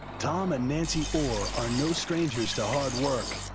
tom and nancy oar are no strangers to hard work,